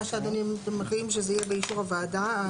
שאדוני מחליט שזה יהיה באישור הוועדה,